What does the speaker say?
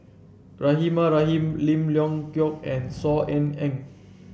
Rahimah Rahim Lim Leong Geok and Saw Ean Ang